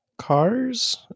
Cars